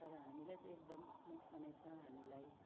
तर हामीलाई चाहिँ एकदमै नोकसानै छ हामीलाई